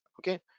Okay